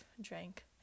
drank